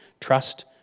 Trust